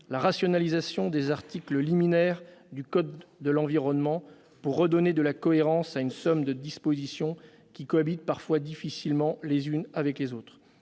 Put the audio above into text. la rationalisation des articles liminaires du code de l'environnement, afin de redonner de la cohérence à une somme de dispositions qui cohabitent parfois difficilement les unes avec les autres.